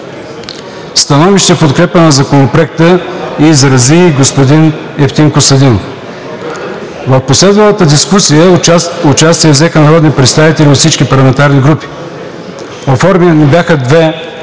Становище в подкрепа на Законопроекта изрази господин Евтим Костадинов. В последвалата дискусия участие взеха народни представители от всички парламентарни групи. Сформирани бяха две